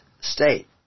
state